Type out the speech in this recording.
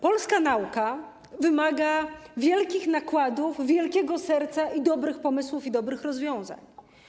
Polska nauka wymaga wielkich nakładów, wielkiego serca, dobrych pomysłów i dobrych rozwiązań.